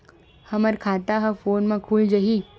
हमर खाता ह फोन मा खुल जाही?